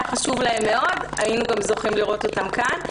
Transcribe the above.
חשוב להם מאוד היינו גם זוכים לראות אותם כאן,